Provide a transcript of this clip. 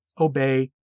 obey